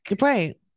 right